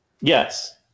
yes